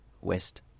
West